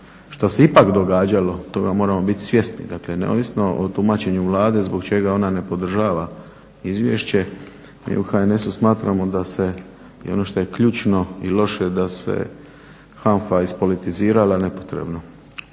što se ipak događalo toga moramo biti svjesni, dakle neovisno o tumačenju Vlade zbog čega ona ne podržava izvješće mi u HNS-u smatramo da se i ono što je ključno i loše da se HANFA ispolitizirala nepotrebno.